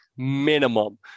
minimum